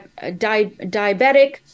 diabetic